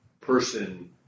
person